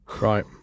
right